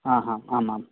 आ हा आम् आम्